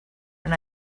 and